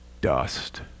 dust